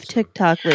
TikTok